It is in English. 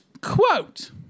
Quote